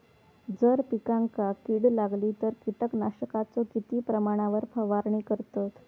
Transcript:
जर पिकांका कीड लागली तर कीटकनाशकाचो किती प्रमाणावर फवारणी करतत?